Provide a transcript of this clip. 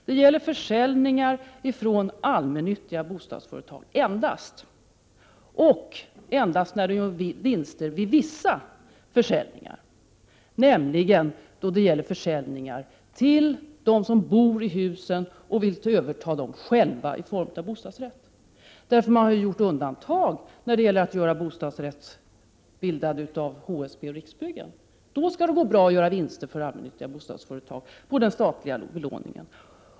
Det gäller endast försäljningar från allmännyttiga bostadsföretag och endast när de gör vinster vid vissa försäljningar, nämligen vid försäljning till dem som bor i husen och som vill överta dem i form av bostadsrätter. Regeringen har nämligen gjort undantag för HSB:s och Riksbyggens bildande av bostadsrätter. Då går det bra för allmännyttiga bostadsföretag att göra vinster på den statliga belåningen.